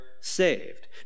saved